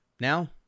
Now